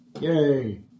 Yay